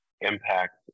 impact